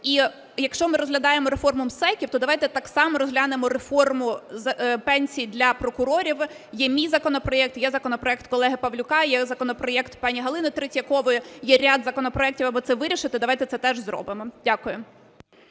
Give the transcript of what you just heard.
І якщо ми розглядаємо реформу МСЕК, то давайте так само розглянемо реформу пенсій для прокурорів. Є мій законопроект, є законопроект колеги Павлюка, є законопроект пані Галини Третьякової, є ряд законопроектів, аби це вирішити. Давайте це теж зробимо. Дякую.